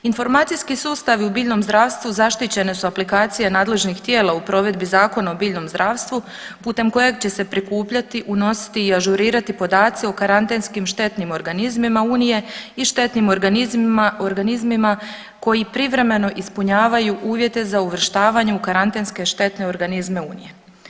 Informacijski sustavi u biljnom zdravstvu zaštićene su aplikacije nadležnih tijela u provedbi Zakona o biljnom zdravstvu putem kojeg će se prikupljati, unositi i ažurirati podaci o karantenskim štetnim organizmima unije i štetnim organizmima koji privremeno ispunjavaju uvjete za uvrštavanje u karantenske štetne organizme unije.